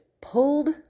pulled